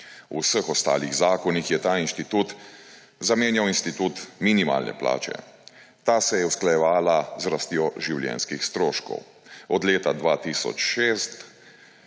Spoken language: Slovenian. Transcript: V vseh ostalih zakonih je ta inštitut zamenjal institut minimalne plače, ta se je usklajevala z rastjo življenjskih stroškov, od leta 2006